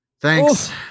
thanks